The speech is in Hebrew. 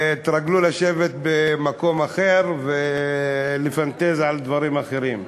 התרגלו לשבת במקום אחר ולפנטז על דברים אחרים.